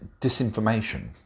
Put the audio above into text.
disinformation